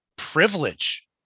privilege